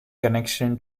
connection